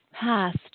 Past